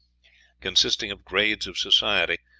consisting of grades of society,